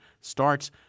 starts